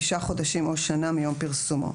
תשעה חודשים או שנה מיום פרסומו.